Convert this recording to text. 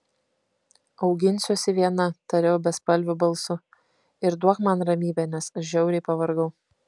auginsiuosi viena tariau bespalviu balsu ir duok man ramybę nes aš žiauriai pavargau